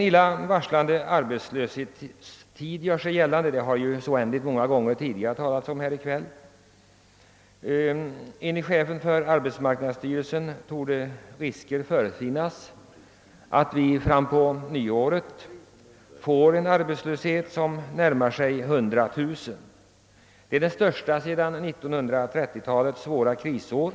Många gånger tidigare i debatten har det talats om den stora arbetslöshet som varslas. Enligt chefen för arbetsmarknadsstyrelsen torde risker finnas att arbetslösheten frampå nyåret närmar sig 100 000. Det är den största arbetslöshet sedan 1930-talets svåra krisår.